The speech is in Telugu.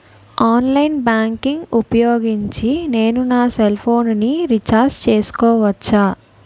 ఆన్లైన్ బ్యాంకింగ్ ఊపోయోగించి నేను నా సెల్ ఫోను ని రీఛార్జ్ చేసుకోవచ్చా?